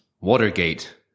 Watergate